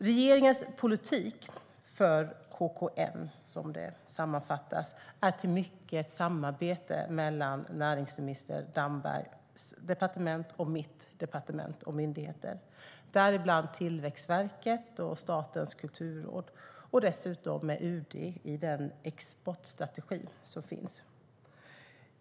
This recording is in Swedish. Regeringens politik för KKN, som det sammanfattas, är i mycket ett samarbete mellan näringsminister Dambergs departement och mitt departement och myndigheter, däribland Tillväxtverket och Statens kulturråd. Dessutom är det ett samarbete med UD i fråga om den exportstrategi som finns.